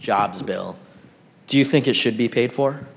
jobs bill do you think it should be paid for